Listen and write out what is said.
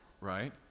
right